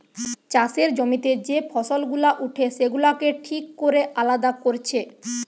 চাষের জমিতে যে ফসল গুলা উঠে সেগুলাকে ঠিক কোরে আলাদা কোরছে